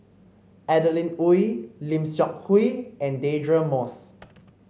Adeline Ooi Lim Seok Hui and Deirdre Moss